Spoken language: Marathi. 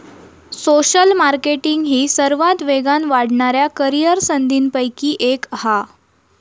सोशल मार्केटींग ही सर्वात वेगान वाढणाऱ्या करीअर संधींपैकी एक हा